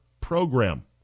program